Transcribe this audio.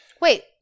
Wait